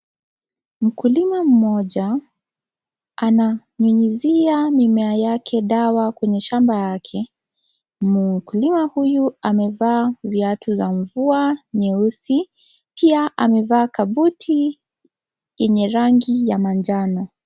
Mkulima mmoja ananyunyizia mimea yake dawa kwenye shamba yake. Mkulima huyu amevaa viatu za mvua nyeusi. Pia amevaa kabuti yenye rangi ya manjano.